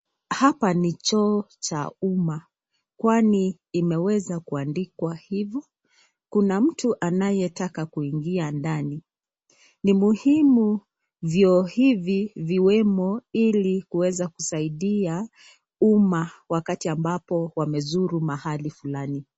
Hapa ni choo cha umma kwani imeweza kuandikwa hivo. Kuna mtu anayetaka kuingia ndani. Ni muhimu vyoo hivi viwemo ili kuweza kusaidia umma wakati ambapo wamezuru mahali fulani.